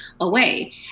away